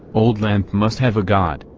old lampe must have a god,